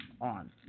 on